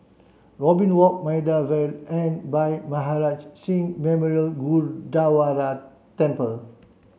Robin Walk Maida Vale and Bhai Maharaj Singh Memorial Gurdwara Temple